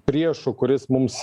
priešu kuris mums